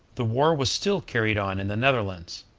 the war was still carried on in the netherlands.